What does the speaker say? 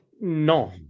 no